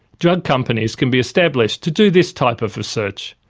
drug companies can be established to do this type of research.